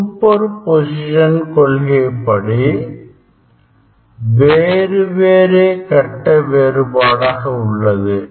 super பொசிசன்கொள்கைப்படி வேறுவேறு கட்ட வேறுபாடாக உள்ளது